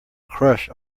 crush